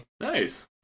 nice